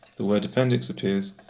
the word appendix appears,